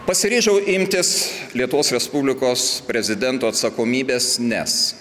pasiryžau imtis lietuvos respublikos prezidento atsakomybės nes